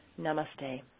Namaste